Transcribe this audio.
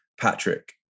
Patrick